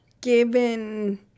given